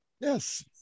Yes